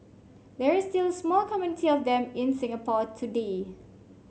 there is still small community of them in Singapore today